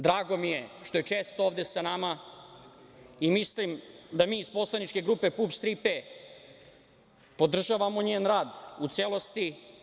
Drago mi je što je često ovde sa nama i mislim da mi iz poslaničke grupe PUPS "Tri P" podržavamo njen rad u celosti.